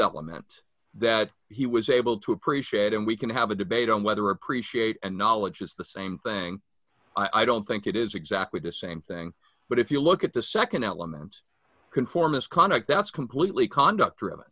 element that he was able to appreciate and we can have a debate on whether appreciate and knowledge is the same thing i don't think it is exactly the same thing but if you look at the nd element conformist conduct that's completely conduct driven